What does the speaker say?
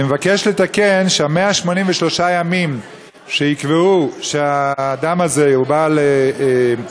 אני מבקש לתקן ש-183 הימים שהאדם הזה חי